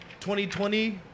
2020